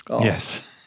Yes